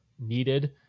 needed